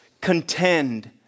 contend